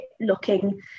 looking